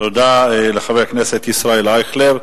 תודה לחבר הכנסת ישראל אייכלר.